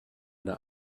der